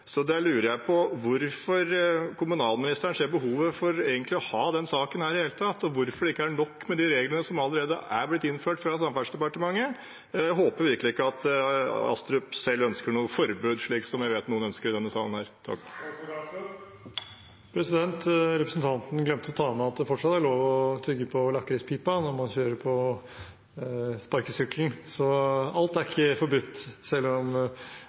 så jeg lurer på hvorfor kommunalministeren ser behovet for å ha denne saken i det hele tatt, og hvorfor det ikke er nok med de reglene som allerede er innført av Samferdselsdepartementet. Jeg håper virkelig ikke at Astrup selv ønsker noe forbud, slik vi vet noen i denne salen ønsker. Representanten glemte å ta med at det fortsatt er lov å tygge på lakrispipa når man kjører på sparkesykkelen, så alt er ikke forbudt – selv om